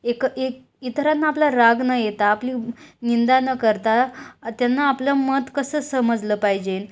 एक एक इतरांना आपला राग न येता आपली निंदा न करता त्यांना आपलं मत कसं समजलं पाहिजे